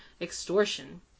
extortion